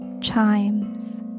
Chimes